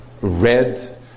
red